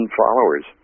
followers